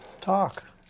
talk